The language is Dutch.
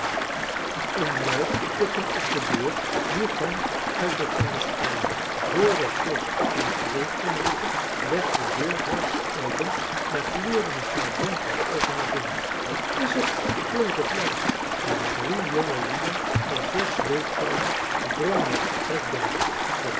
een luid tikken op de deur joeg hen uit elkanders armen voordat george entrez kon roepen werd de deur half geopend en gluurden een paar donkere oogen naar binnen hij is t klonk het luid en drie jongelieden van george's leeftijd drongen het vertrek binnen